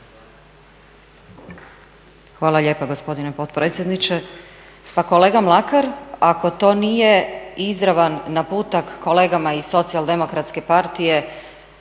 Hvala lijepa gospodine potpredsjedniče. Pa kolega Mlakar ako to nije izravan naputak kolegama iz Socijaldemokratske partije